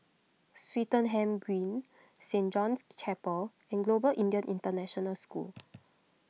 Swettenham Green Saint John's Chapel and Global Indian International School